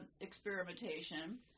experimentation